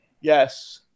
yes